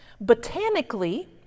botanically